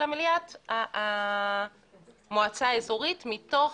אלא מליאת המועצה האזורית מתוך